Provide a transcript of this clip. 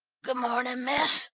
good-morning, miss,